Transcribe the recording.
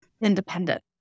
independent